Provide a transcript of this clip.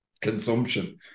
consumption